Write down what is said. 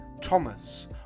Thomas